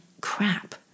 crap